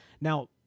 Now